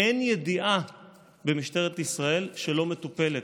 אין ידיעה במשטרת ישראל שאינה מטופלת.